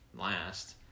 last